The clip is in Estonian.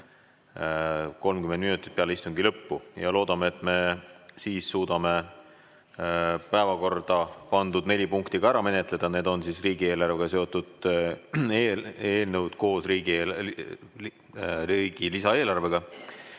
30 minutit peale istungi lõppu. Loodame, et me suudame päevakorda pandud neli punkti ära menetleda. Need on riigieelarvega seotud eelnõud koos riigi lisaeelarvega.